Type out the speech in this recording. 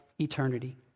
eternity